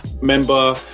member